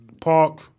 Park